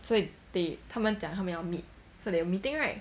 so they 他们讲他们要 meet so they were meeting right